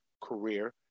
career